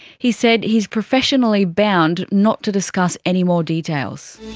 he said he is professionally bound not to discuss any more details.